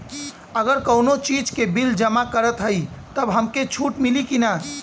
अगर कउनो चीज़ के बिल जमा करत हई तब हमके छूट मिली कि ना?